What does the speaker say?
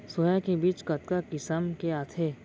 Soya के बीज कतका किसम के आथे?